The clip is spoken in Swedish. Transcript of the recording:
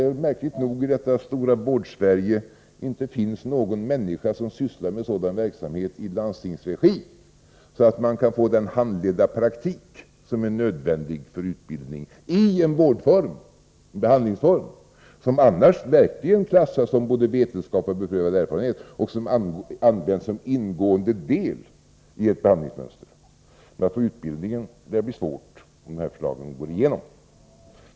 För märkligt nog finns det inte någon människa som sysslar med sådan verksamhet i landstingsregi, så att man kan få den handledda praktik som är nödvändig för utbildning i en vårdform som annars verkligen klassas som vetenskapligt beprövad och som används som ingående del i ett behandlings mönster. Att få en sådan utbildning blir svårt om de här förslagen går igenom.